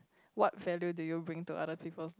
what value do you bring to other people like